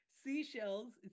Seashells